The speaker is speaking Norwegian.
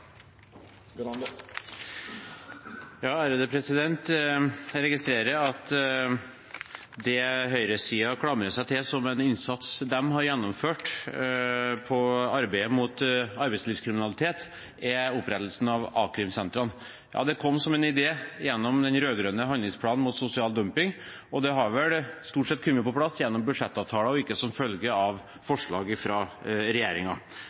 Jeg registrerer at det høyresiden klamrer seg til som en innsats de har gjennomført i arbeidet mot arbeidslivskriminalitet, er opprettelsen av a-krimsentrene. Det kom som en idé gjennom den rød-grønne handlingsplanen mot sosial dumping, og det har vel stort sett kommet på plass gjennom budsjettavtaler og ikke som følge av